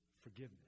forgiveness